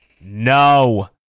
No